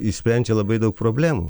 išsprendžia labai daug problemų